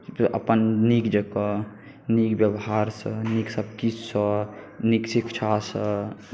कि अपन नीक जकाँ नीक व्यवहारसँ नीक सभकिछुसँ नीक शिक्षासँ